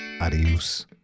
Adios